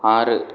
ஆறு